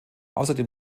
außerdem